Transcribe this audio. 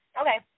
Okay